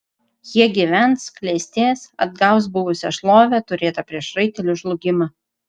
jie gyvens klestės atgaus buvusią šlovę turėtą prieš raitelių žlugimą